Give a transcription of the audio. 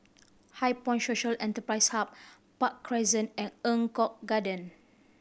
HighPoint Social Enterprise Hub Park Crescent and Eng Kong Garden